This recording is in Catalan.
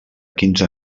quinze